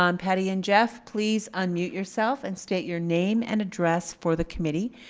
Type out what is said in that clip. um patti and jeff, please unmute yourself and state your name and address for the committee.